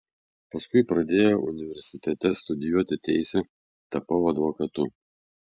paskui pradėjau universitete studijuoti teisę tapau advokatu